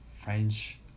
French